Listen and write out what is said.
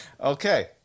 Okay